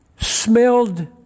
smelled